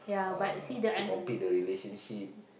uh to complete the relationship